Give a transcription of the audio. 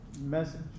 message